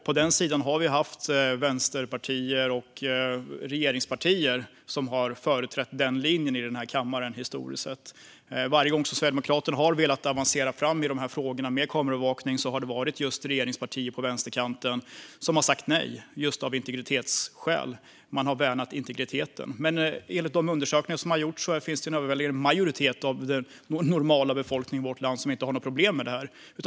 På den sidan har vi haft vänsterpartier och regeringspartier, som har företrätt den linjen i den här kammaren historiskt sett. Varje gång som Sverigedemokraterna har velat avancera framåt i frågorna om kameraövervakning har regeringspartier på vänsterkanten sagt nej av integritetsskäl. Man har värnat integriteten. Men enligt de undersökningar som har gjorts har en överväldigande majoritet av den normala befolkningen i vårt land inte några problem med det här.